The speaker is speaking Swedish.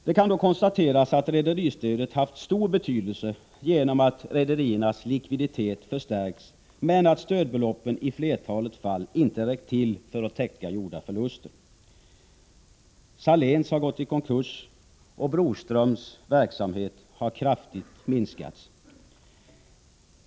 Det kan konstateras att rederistödet har haft stor betydelse genom att rederiernas likviditet har förstärkts, men att stödbeloppen i flertalet fall inte har räckt till för att helt täcka gjorda förluster. Saléns har gått i konkurs, och Broströms verksamhet har kraftigt minskats.